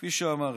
כפי שאמרתי,